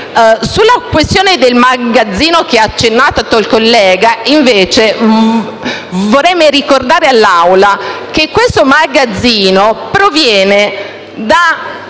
Sulla questione del magazzino, cui ha accennato il collega, invece, vorrei ricordare all'Assemblea che questo magazzino proviene da